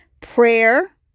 Prayer